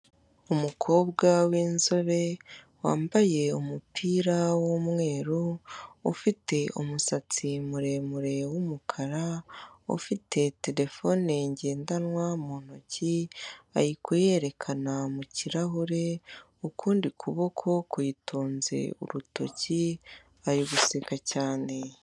Umukobwa w'inzobe, wambaye umupira w'umweru, ufite umusatsi muremure w'umukara, ufite telefone ngendanwa mu ntoki, ari kuyerekana mu kirahure, ukundi kuboko kuyitunze urutoki, ari guseka cyane.